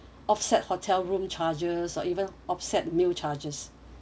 offset hotel room charges or even offset meal charges